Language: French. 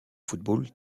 football